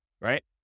Right